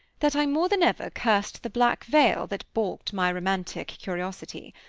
that i more than ever cursed the black veil that baulked my romantic curiosity.